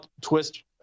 twist